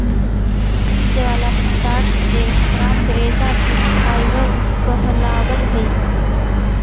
बीज वाला पदार्थ से प्राप्त रेशा सीड फाइबर कहलावऽ हई